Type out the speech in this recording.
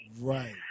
Right